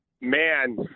man